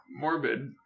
morbid